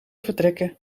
vertrekken